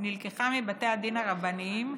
נלקחה מבתי הדין הרבניים,